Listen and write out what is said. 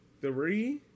three